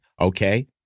okay